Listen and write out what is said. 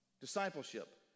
discipleship